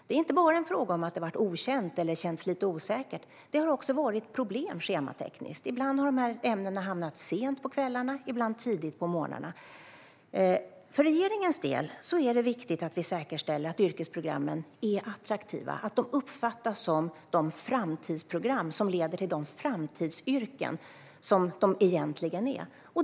Det är inte bara en fråga om att det varit okänt eller känts lite osäkert; det har också varit schematekniska problem. Ibland har dessa ämnen hamnat sent på kvällarna eller tidigt på morgnarna. För regeringens del är det viktigt att vi säkerställer att yrkesprogrammen är attraktiva, att de uppfattas som de framtidsprogram som leder till framtidsyrken som de egentligen är.